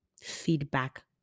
feedback